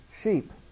sheep